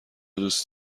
دوست